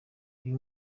uyu